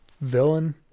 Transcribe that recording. villain